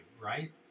right